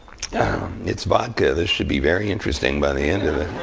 it's vodka. this should be very interesting by the end of it.